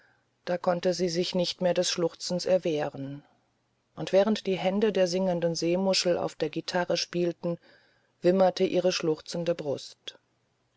da konnte sie sich nicht mehr des schluchzens erwehren und während die hände der singenden seemuschel auf der gitarre spielten wimmerte ihre schluchzende brust